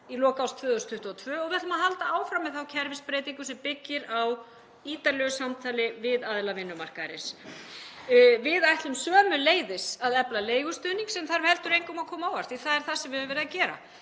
í lok árs 2022. Við ætlum að halda áfram með þá kerfisbreytingu sem byggir á ítarlegu samtali við aðila vinnumarkaðarins. Við ætlum sömuleiðis að efla leigustuðning, sem þarf heldur engum að koma á óvart því að það er það sem við höfum verið að gera.